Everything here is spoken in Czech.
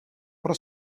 pro